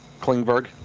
Klingberg